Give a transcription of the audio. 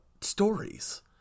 stories